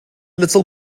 little